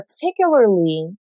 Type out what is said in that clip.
particularly